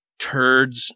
turds